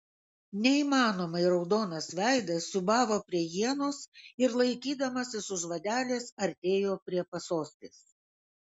neįmanomai raudonas veidas siūbavo prie ienos ir laikydamasis už vadelės artėjo prie pasostės